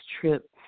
trip